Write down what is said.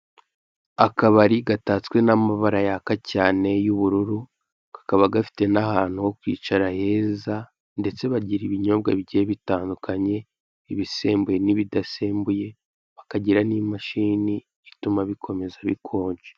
Akabari gatatswe n'amabara yaka cyane y'ubururu, kakaba gafite n'ahantu ho kwicara heza ndetse bagira ibinyobwa bigiye bitandukanye ibisembuye n,ibidasembuye bakagira n,imashini ituma bikomeza bikonje.